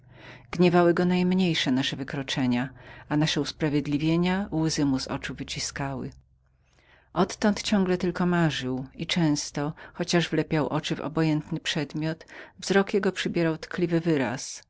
gniewały go najmniejsze nasze wykroczenia nasze wymówki łzy mu z oczu wyciskały odtąd ciągle tylko marzył i często chociaż wlepiał oczy w obojętny przedmiot wzrok jego jednak przybierał tkliwy wyraz